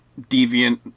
deviant